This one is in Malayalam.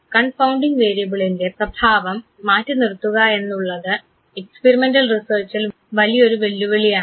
കൺഫൌണ്ടിംഗ് വേരിയബിളിൻറെ പ്രഭാവം മാറ്റിനിർത്തുക എന്നുള്ളത് എക്സ്പീരിമെൻറൽ റിസർച്ചിൽ വലിയൊരു വെല്ലുവിളിയാണ്